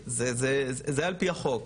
זה על-פי החוק.